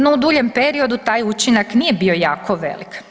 No u duljem periodu taj učinak nije bio jako velik.